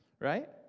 right